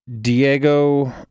Diego